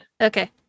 Okay